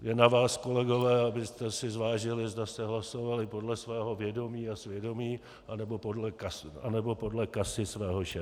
Je na vás, kolegové, abyste si zvážili, zda jste hlasovali podle svého vědomí a svědomí, anebo podle kasy svého šéfa.